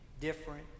different